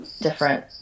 different